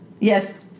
Yes